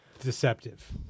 deceptive